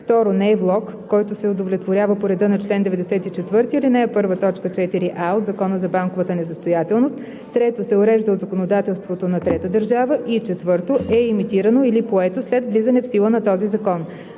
2; 2. не е влог, който се удовлетворява по реда на чл. 94, ал. 1, т. 4а от Закона за банковата несъстоятелност; 3. се урежда от законодателството на трета държава, и 4. е емитирано или поето след влизане в сила на този закон.